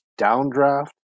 downdraft